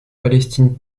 palestine